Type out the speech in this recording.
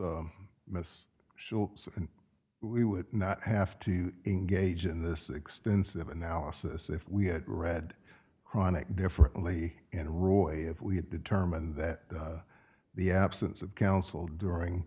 so we would not have to engage in this extensive analysis if we had read chronic differently and roi if we had determined that the absence of counsel during